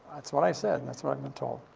that's what i said. that's what i've been told.